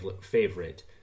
favorite